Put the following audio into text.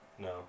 No